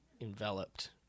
enveloped